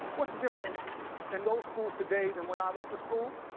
what's different in those schools today than when i went to school,